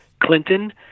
Clinton